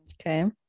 okay